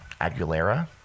Aguilera